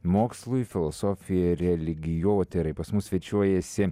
mokslui filosofijai religijotyrai pas mus svečiuojasi